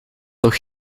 toch